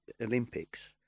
Olympics